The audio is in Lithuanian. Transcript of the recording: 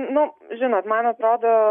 nu žinot man atrodo